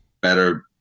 better